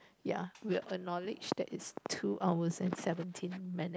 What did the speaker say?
ya we'll acknowledge that it's two hour and seventeen minutes